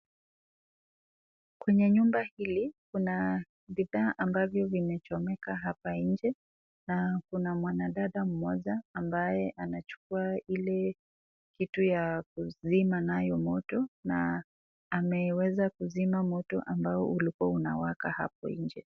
Kwenye nyumba hili kuna bidhaa ambavyo yo zimeka hapa nje ma kunawadada Mona ambaye anajukua kitu kupika naye moto na inaweza kuzima moto nana ambayo ukuwa inawaka hapo nje.